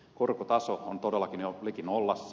korkotaso on todellakin jo liki nollassa